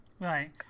right